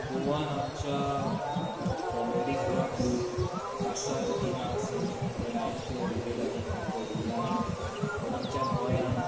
गोवान आमच्या comedy clubs आसात की नासत पूण हांवें तें विजीट आजून करूंक ना बट आमच्या गोंयांत